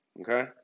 Okay